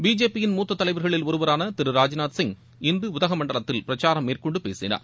பிஜேபியின் மூத்த தலைவர்களில் ஒருவரான திரு ராஜ்நாத் சிப் இன்று உதகமண்டலத்தில் பிரச்சாரம் மேற்கொண்டு பேசினார்